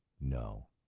no